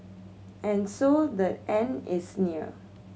and so the end is near